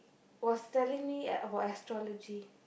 was telling me about astrology